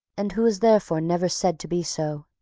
and who was therefore never said to be so.